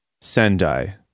Sendai